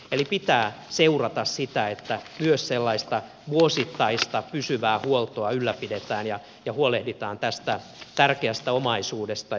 eli pitää seurata sitä että myös sellaista vuosittaista pysyvää huoltoa ylläpidetään ja huolehditaan tästä tärkeästä omaisuudesta